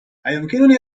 أيمكنني